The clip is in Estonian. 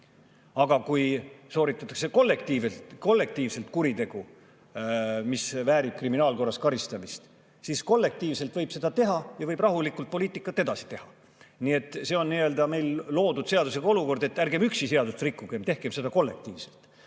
aga kui sooritatakse kollektiivselt kuritegu, mis väärib kriminaalkorras karistamist, siis võib seda teha ja võib rahulikult poliitikat edasi teha. Nii et meil on loodud seadusega olukord, et ärgem üksi seadust rikkugem, tehkem seda kollektiivselt.